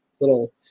little